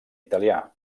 italià